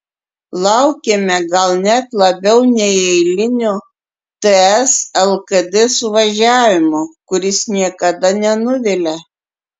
laukėme gal net labiau nei eilinio ts lkd suvažiavimo kuris niekada nenuvilia